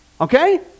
okay